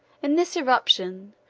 in this irruption,